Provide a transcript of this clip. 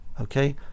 Okay